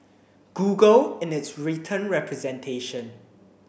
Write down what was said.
google in its written representation